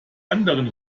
anderen